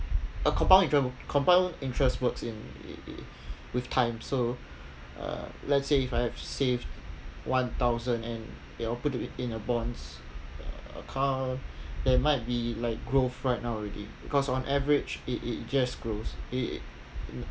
a compound inter~ compound interest works in with time so uh let's say if I have saved one thousand and they all put to it in a bonds account they might be like growth right now already because on average it it just grows